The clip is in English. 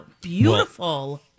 beautiful